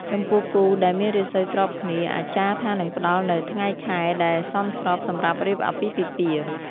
ចំពោះគូដែលមានរាសីស្របគ្នា អាចារ្យថានឹងផ្ដល់នូវថ្ងៃខែដែលសមស្របសម្រាប់រៀបអាពាហ៍ពិពាហ៍។